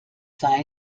sei